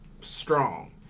strong